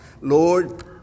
Lord